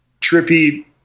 trippy